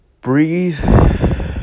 breathe